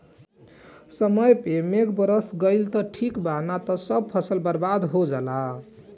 समय पे मेघ बरस गईल त ठीक बा ना त सब फसल बर्बाद हो जाला